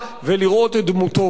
ולראות את דמותו שלו,